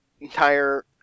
entire